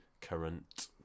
current